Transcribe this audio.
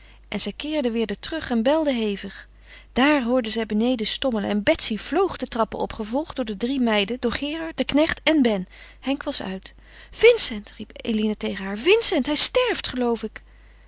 en zij keerde weder terug en belde hevig daar hoorde zij beneden stommelen en betsy vloog de trappen op gevolgd door de drie meiden door gerard den knecht en ben henk was uit vincent riep eline haar tegen vincent hij sterft geloof ik